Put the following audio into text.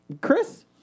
Chris